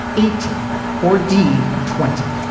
eighteen or d, twenty?